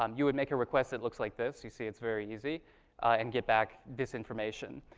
um you would make a request that looks like this you see it's very easy and get back this information.